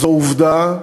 זו עובדה.